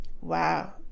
Wow